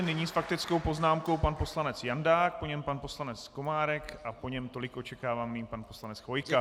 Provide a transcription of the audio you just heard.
Nyní s faktickou poznámkou pan poslanec Jandák, po něm pan poslanec Komárek a po něm tolik očekávaný pan poslanec Chvojka.